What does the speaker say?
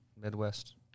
midwest